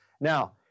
Now